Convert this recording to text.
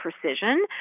precision